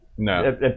No